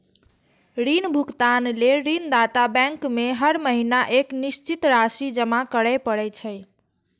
ऋण भुगतान लेल ऋणदाता बैंक में हर महीना एक निश्चित राशि जमा करय पड़ै छै